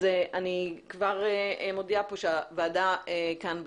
אז אני כבר מודיעה פה שהוועדה כאן בדיון,